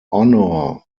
honour